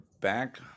back